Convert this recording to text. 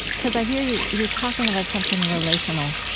because i hear you you're talking about something relational,